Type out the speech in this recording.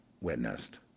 witnessed